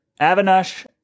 Avinash